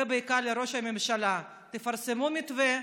ובעיקר לראש הממשלה: תפרסמו מתווה,